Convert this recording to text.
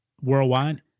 worldwide